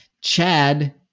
Chad